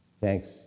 Thanks